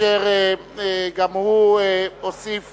אשר גם הוא הוסיף